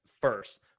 first